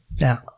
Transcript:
Now